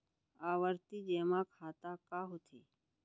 आवर्ती जेमा खाता का होथे?